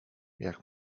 jak